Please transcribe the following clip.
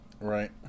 Right